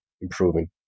improving